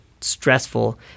stressful